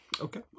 Okay